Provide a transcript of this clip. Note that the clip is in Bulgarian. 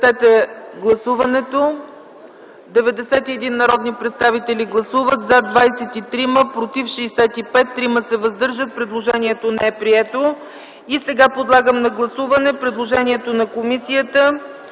Подлагам на гласуване предложението на комисията